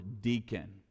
deacon